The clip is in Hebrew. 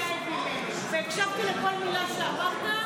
לא נראה שאתה מתלהב מזה, והקשבתי לכל מילה שאמרת.